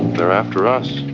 they're after us.